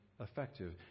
effective